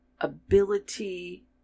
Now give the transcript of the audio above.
ability